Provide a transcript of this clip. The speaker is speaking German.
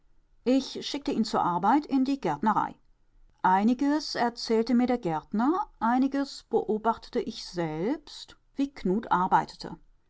ich schickte ihn zur arbeit in die gärtnerei einiges erzählte mir der gärtner einiges beobachtete ich selbst wie